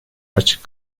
açık